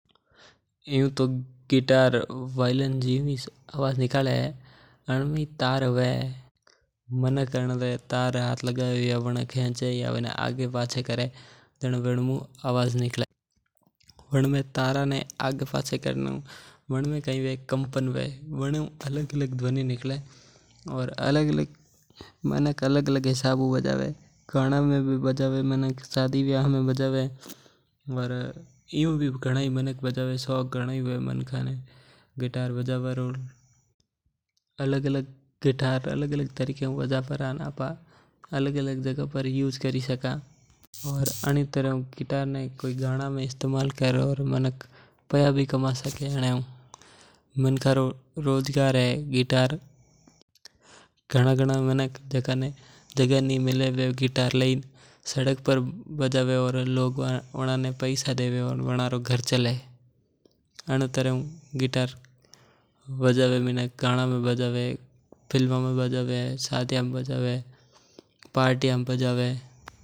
इयू तो guitar violin जियु हिज आवाज निकालें और वायलिन जियांको ही लकड़ी रो हया करे वणमें भी तार हवे। मनक अनरे तारा पे हाथ लगावे या आग पाचा करे जना बानमे कंपन हवे बने हू आवाज आवे। मनक अनमु अलग -लग आवाजा निकाल सके और मंका रे फेवरेट हवे।